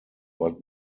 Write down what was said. but